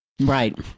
Right